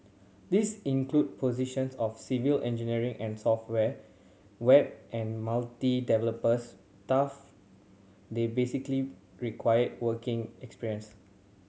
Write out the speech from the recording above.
these included positions for civil engineer and software web and multimedia developers they typically required working experience